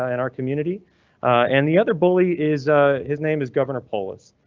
ah in our community and the other bully is ah his name is governor polis,